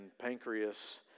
pancreas